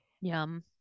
yum